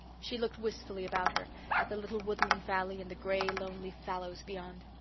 she looked wistfully about her at the little woodland valley and the grey, lonely fallows beyond.